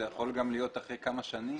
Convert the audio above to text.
זה יכול גם להיות אחרי כמה שנים.